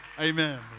Amen